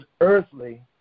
earthly